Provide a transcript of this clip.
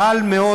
קל מאוד,